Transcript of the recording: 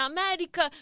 America